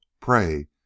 pray